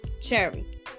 cherry